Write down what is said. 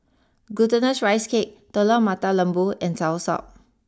Glutinous Rice Cake Telur Mata Lembu and Soursop